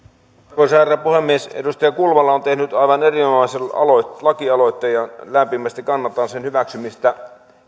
arvoisa herra puhemies edustaja kulmala on tehnyt aivan erinomaisen lakialoitteen ja lämpimästi kannatan sen hyväksymistä